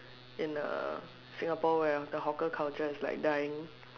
in a Singapore where the hawker culture is like dying